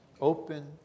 Open